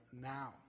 now